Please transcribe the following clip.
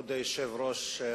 כבוד היושב-ראש,